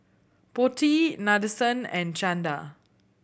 Potti Nadesan and Chanda